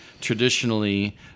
traditionally